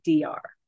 DR